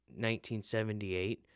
1978